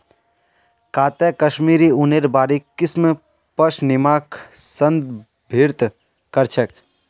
काते कश्मीरी ऊनेर बारीक किस्म पश्मीनाक संदर्भित कर छेक